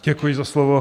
Děkuji za slovo.